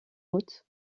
août